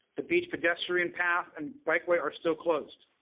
the beach pedestrian paths and bike way are still closed.